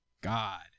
God